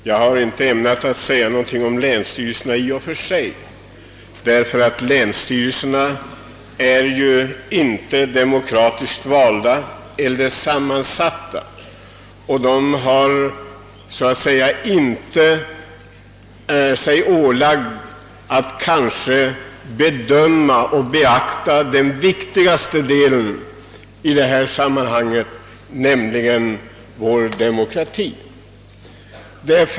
Jag ämnade inte säga någonting om länsstyrelserna, ty dessa är inte demokratiskt valda eller sammansatta, och de har inte sig ålagt att bedöma den viktigaste delen i detta sammanhang, nämligen vår demokrati.